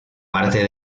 parte